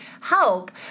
help